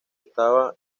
estaba